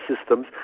systems